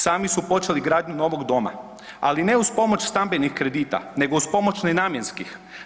Sami su počeli gradnju novog doma, ali ne uz pomoć stambenih kredita, nego uz pomoć nenamjenskih.